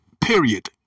Period